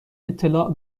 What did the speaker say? اطلاع